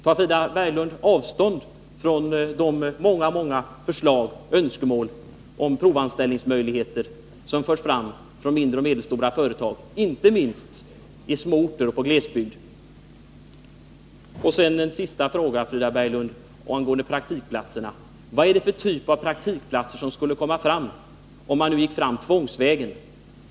Tar Frida Berglund avstånd från de många många önskemål om provanställningsmöjligheter som förts fram från mindre och medelstora företag, inte minst på små orter och i glesbygden? Sedan en sista fråga, Frida Berglund, angående praktikplatserna. Vad är det för typ av praktikplatser som skulle komma fram om man gick tvångsvägen?